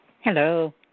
Hello